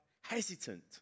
hesitant